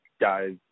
guys